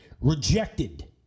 Rejected